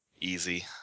easy